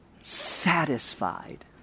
Satisfied